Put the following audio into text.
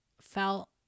felt